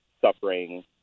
suffering